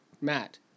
Matt